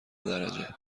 درجه